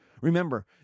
Remember